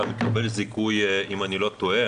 אתה מקבל זיכוי, אם אני לא טועה.